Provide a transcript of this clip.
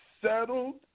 settled